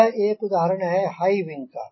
यह एक उदाहरण है हाई विंग का